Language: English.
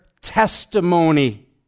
testimony